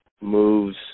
moves